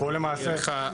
יהיה לך,